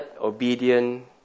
obedient